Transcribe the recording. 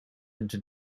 into